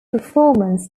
performance